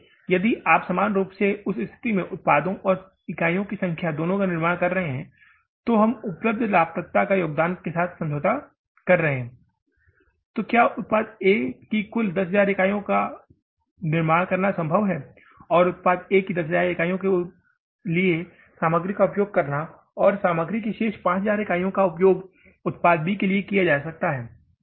इसलिए यदि आप समान रूप से उस स्थिति में उत्पादों और इकाइयों की संख्या दोनों का निर्माण कर रहे हैं तो हम उपलब्ध लाभप्रदता के योगदान के साथ समझौता कर रहे हैं तो क्या उत्पाद A की कुल 10000 इकाइयों का निर्माण करना संभव है और उत्पाद A की कुल 10000 इकाइयों के लिए सामग्री का उपयोग करना और सामग्री की शेष 5000 इकाइयों का उपयोग उत्पाद बी के लिए किया जा सकता है